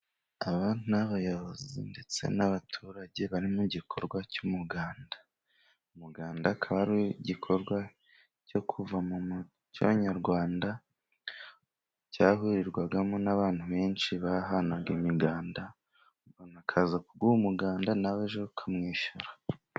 Aba ni abayobozi ndetse n'abaturage, bari mu gikorwa cy'umuganda. Umuganda akaba ari igikorwa cyo kuva mu muco nyarwanda, cyahurirwagamo n'abantu benshi, bahanaga umuganda, akaza kuguha umuganda, nawe ejo ukamwishyura.